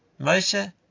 Moshe